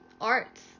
arts